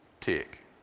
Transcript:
tick